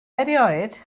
erioed